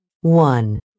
One